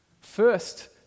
First